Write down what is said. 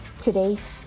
today's